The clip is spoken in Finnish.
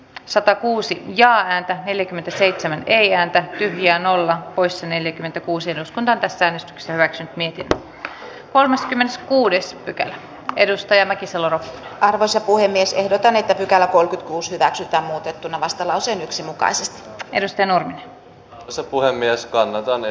satakuusi jaa ääntä neljäkymmentäseitsemän ei ääntä ja nolla poissa neljäkymmentäkuusi risto näätäsen selväksi merja mäkisalo ropponen on ilmari nurmisen kannattamana ehdottanut että pykälä hyväksytään vastalauseen yksi mukaisesti edes tenorin osat puhemies kannalta mukaisena